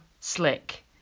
slick